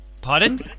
Pardon